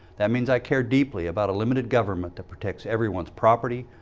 that means i care deeply about a limited government that protects everyone's property,